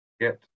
get